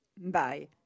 Bye